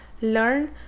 learn